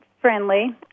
friendly